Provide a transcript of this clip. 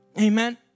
amen